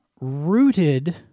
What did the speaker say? Rooted